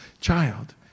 child